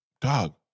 dog